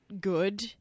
good